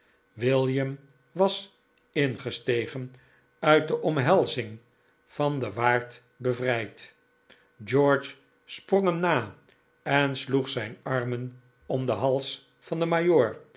william was ingestegen uit de omhelzing van den waard bevrijd george sprong hem na en sloeg zijn armen om den hals van den